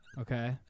Okay